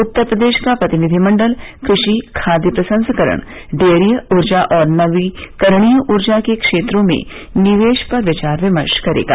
उत्तर प्रदेश का प्रतिनिधिमंडल कृषि खाद्य प्रसंस्करण डेयरी ऊर्जा एवं नवीकरणीय ऊर्जा के क्षेत्रों में निवेश पर विचार विमर्श करेगा